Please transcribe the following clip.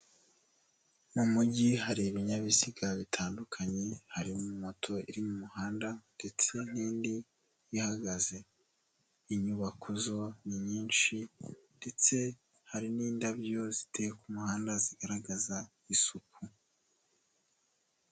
Mu mujyi hari ibinyabiziga bitandukanye, harimo moto iri mu muhanda ndetse n'indi ihagaze, inyubako zo ni nyinshi ndetse hari n'indabyo ziteye umuhanda zigaragaza isuku.